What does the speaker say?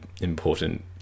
important